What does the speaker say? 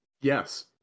Yes